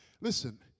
listen